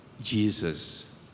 Jesus